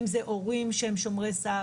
אם זה הורים שהם שומרי סף,